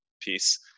piece